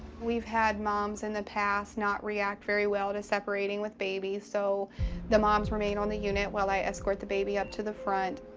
we've had moms in the past not react very well to separating with babies, so the moms remain on the unit while i escort the baby up to the front.